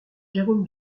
jérôme